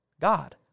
God